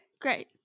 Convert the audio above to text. Great